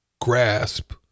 grasp